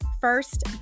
First